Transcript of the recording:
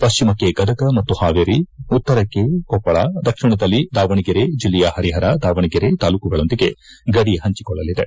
ಪಶ್ಚಿಮಕ್ಕೆ ಗದಗ ಮತ್ತು ಹಾವೇರಿ ಉತ್ತರಕ್ಕೆ ಕೊಪ್ಪಳ ದಕ್ಷಿಣದಲ್ಲಿ ದಾವಣಗೆರೆ ಜಲ್ಲೆಯ ಹರಿಹರ ದಾವಣಗೆರೆ ತಾಲ್ಲೂಕುಗಳೊಂದಿಗೆ ಗಡಿ ಹಂಚಿಕೊಳ್ಳಲಿದೆ